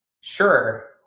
Sure